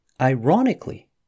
Ironically